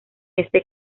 este